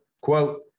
quote